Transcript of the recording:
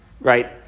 right